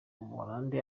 buholandi